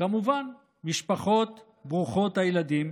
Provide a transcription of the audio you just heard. כמובן משפחות ברוכות ילדים,